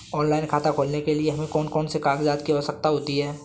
Online खाता खोलने के लिए हमें कौन कौन से कागजात की आवश्यकता होती है?